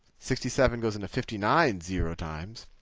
sixty seven goes into fifty nine zero times.